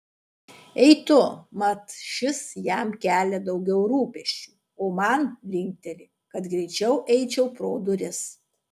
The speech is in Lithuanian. ei tu mat šis jam kelia daugiau rūpesčio o man linkteli kad greičiau eičiau pro duris